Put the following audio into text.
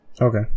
okay